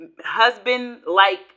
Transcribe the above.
husband-like